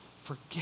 forget